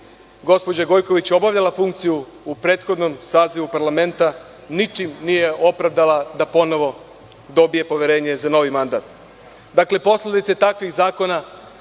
gospođa Gojković obavljala funkciju u prethodnom sazivu parlamentu ničim nije opravdala da ponovo dobije poverenje za novi mandat. Posledice takvih zakona,